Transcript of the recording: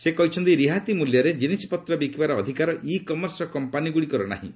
ସେ କହିଛନ୍ତି ରିହାତି ମୂଲ୍ୟରେ ଜିନିଷପତ୍ର ବିକିବାର ଅଧିକାର ଇ କମର୍ସ କମ୍ପାନୀଗୁଡ଼ିକର ନାହିଁ